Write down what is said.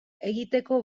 egiteko